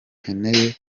nkeneye